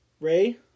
Ray